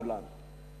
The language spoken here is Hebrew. כולם?